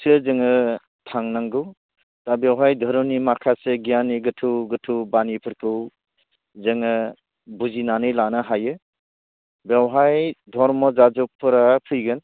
जोङो थांनांगौ दा बेवहाय धोरोमनि माखासे गियाननि गोथौ गोथौ बानिफोरखौ जोङो बुजिनानै लानो हायो बेवहाय धर्म जाजगफोरा फैगोन